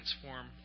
transform